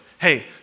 Hey